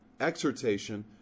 exhortation